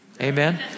Amen